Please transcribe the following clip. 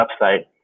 website